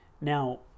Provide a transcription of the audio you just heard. Now